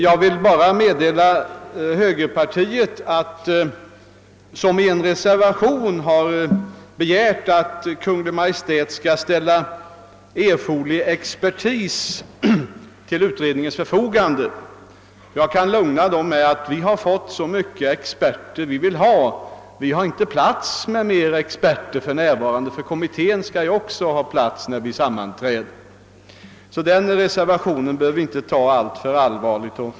Jag vill bara lugna högerpartiet — vars representanter i utskottet i en reservation har begärt att Kungl. Maj:t skulle ställa erforderlig expertis till utredningens förfogande — med att vi fått så många experter vi vill ha. Vi har inte plats för fler experter för närvarande; kommittén skall ju också ha plats när vi sammanträder. Den reservationen behöver vi inte ta alltför allvarligt.